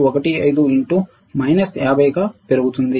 15 x minus 50 గా పెరుగుతుంది